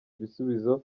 ibisubizo